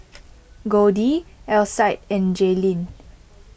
Goldie Alcide and Jaylyn